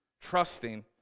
trusting